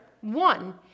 one